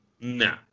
No